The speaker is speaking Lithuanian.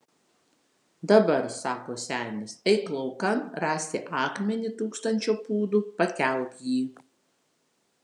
dabar sako senis eik laukan rasi akmenį tūkstančio pūdų pakelk jį